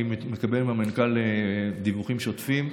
אני מקבל מהמנכ"ל דיווחים שוטפים,